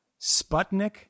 Sputnik